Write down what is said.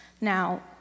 Now